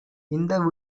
இந்த